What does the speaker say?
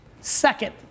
Second